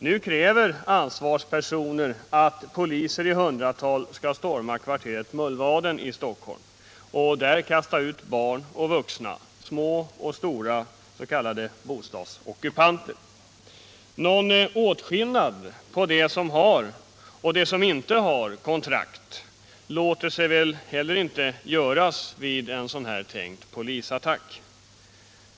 Nu kräver ansvarspersoner att poliser i hundratal skall storma kvarteret Mullvaden i Stockholm och där kasta ut barn och vuxna, små och stora bostadsockupanter. Någon åtskillnad på dem som har och dem som inte har kontrakt låter sig väl inte göras vid en tänkt polisattack.